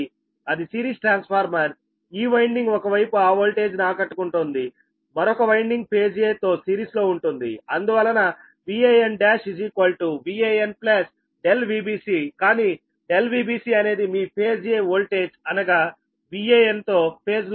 అది series transformer ఈ winding ఒకవైపు ఆ ఓల్టేజ్ ను ఆకట్టుకుంటుందిమరొక వైండింగ్ ఫేజ్ 'a' తో సిరీస్ లో ఉంటుంది అందువలన Van1 Van ∆Vbc కానీ ∆Vbc అనేది మీ ఫేజ్ 'a' ఓల్టేజ్ అనగా Van తో ఫేజ్ లో లేదు